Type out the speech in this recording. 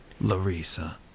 Larissa